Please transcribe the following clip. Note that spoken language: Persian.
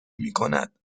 میکند